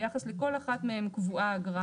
ביחס לכל אחד מהם קבועה אגרה.